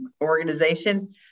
organization